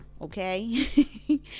okay